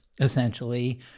essentially